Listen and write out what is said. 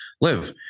live